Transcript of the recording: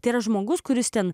tėra žmogus kuris ten